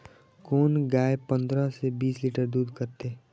कोन गाय पंद्रह से बीस लीटर दूध करते?